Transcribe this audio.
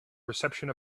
reception